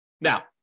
Now